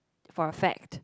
for a fact